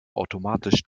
automatisch